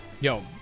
Yo